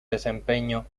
desempeño